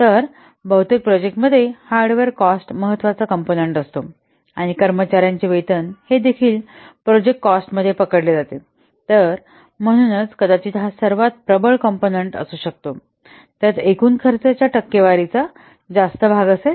तर बहुतेक प्रोजेक्टांमध्ये हार्डवेअर कॉस्ट महत्वाचा कॉम्पोनन्ट असतो आणि कर्मचाऱ्यांचे वेतन हे देखील प्रोजेक्ट कॉस्ट मध्ये पकडले जाते तर म्हणूनच कदाचित हा सर्वात प्रबळ कॉम्पोनन्ट असू शकतो त्यात एकूण खर्चाच्या टक्केवारीचा जास्त भाग असेल